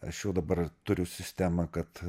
aš jau dabar turiu sistemą kad